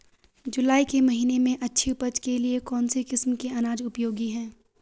जुलाई के महीने में अच्छी उपज के लिए कौन सी किस्म के अनाज उपयोगी हैं?